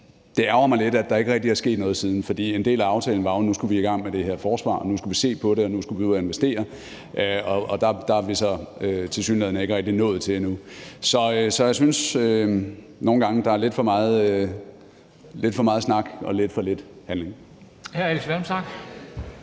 Det ærgrer mig lidt, at der ikke rigtig er sket noget siden, for en del af aftalen var jo, at nu skulle vi i gang med det her forsvar – nu skulle vi se på det, og nu skulle vi ud og investere. Der er vi så tilsyneladende ikke rigtig nået til endnu. Så jeg synes nogle gange, der er lidt for meget snak og lidt for lidt handling.